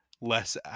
less